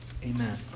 Amen